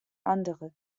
andere